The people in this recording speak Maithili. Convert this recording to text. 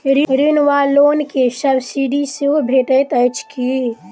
ऋण वा लोन केँ सब्सिडी सेहो भेटइत अछि की?